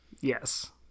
yes